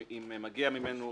אם מגיע ממנו